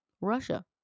Russia